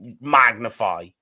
magnify